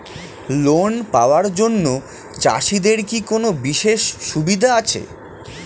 Loan পাওয়ার জন্য চাষিদের কি কোনো বিশেষ সুবিধা আছে?